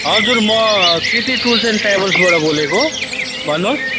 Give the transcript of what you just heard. हजुर म Kriti tours and ट्राभल्सबाट बोलेको भन्नुहोस्